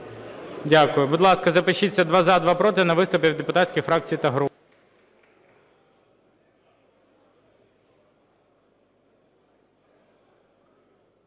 Дякую. Будь ласка, запишіться: два – за, два проти, на виступи від депутатських фракцій та груп.